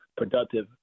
productive